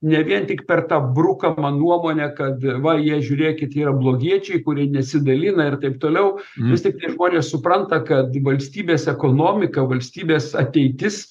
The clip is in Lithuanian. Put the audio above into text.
ne vien tik per tą brukamą nuomonę kad va jie žiūrėkit yra blogiečiai kurie nesidalina ir taip toliau vis tik tie žmonės supranta kad valstybės ekonomika valstybės ateitis